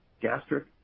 gastric